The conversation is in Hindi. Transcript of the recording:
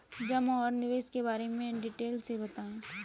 जमा और निवेश के बारे में डिटेल से बताएँ?